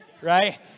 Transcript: right